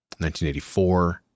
1984